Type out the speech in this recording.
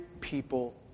people